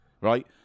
Right